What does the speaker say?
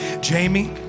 Jamie